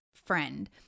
friend